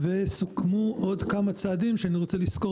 סוכמו עוד כמה צעדים שאני רוצה לסקור